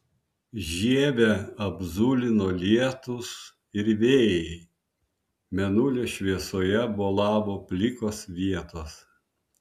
žievę apzulino lietūs ir vėjai mėnulio šviesoje bolavo plikos vietos